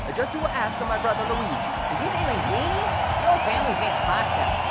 ah just you ask a my brother, luigi. did you say linguini? your whole family's made of pasta.